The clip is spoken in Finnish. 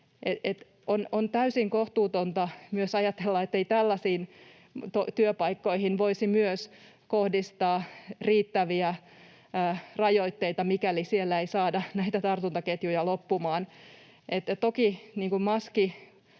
on täysin kohtuutonta ajatella, ettei myös tällaisiin työpaikkoihin voisi kohdistaa riittäviä rajoitteita, mikäli siellä ei saada näitä tartuntaketjuja loppumaan. Toki